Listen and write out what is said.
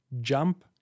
Jump